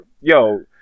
Yo